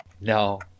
no